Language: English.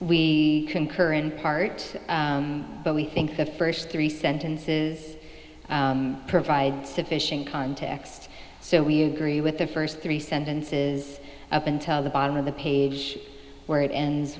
we concur in part but we think the first three sentences provide sufficient context so we agree with the first three sentences up until the bottom of the page where it ends